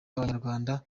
abanyarwanda